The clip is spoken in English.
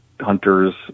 hunters